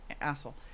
asshole